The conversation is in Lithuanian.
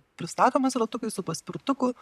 pristatomais ratukais su paspirtuku